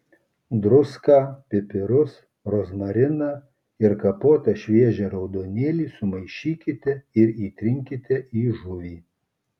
druską pipirus rozmariną ir kapotą šviežią raudonėlį sumaišykite ir įtrinkite į žuvį